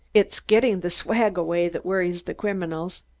it is getting the swag away that worries the criminals.